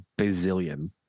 bazillion